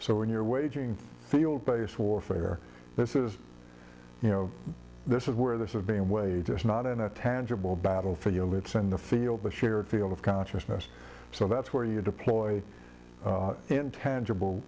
so when you're waging field based warfare this is you know this is where this is being waged just not in a tangible battlefield it's in the field the shared field of consciousness so that's where you deploy intangible